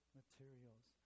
materials